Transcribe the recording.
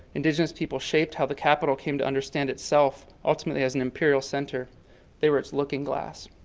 indigenous people shaped how the capital came to understand itself ultimately as an imperial center they were it's looking glass.